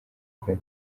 kuri